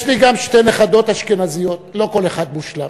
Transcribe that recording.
שיש לי גם שתי נכדות אשכנזיות, לא כל אחד מושלם.